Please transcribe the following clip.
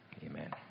Amen